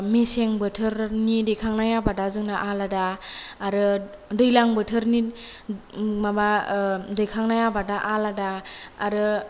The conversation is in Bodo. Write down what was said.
मेसें बोथोरनि दैखांनाय आबादा जोंहा आलादा आरो दैलां बोथोरनि माबा दैखांनाय आबादा आलादा आरो